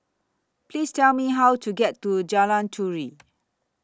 Please Tell Me How to get to Jalan Turi